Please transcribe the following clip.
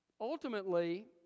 ultimately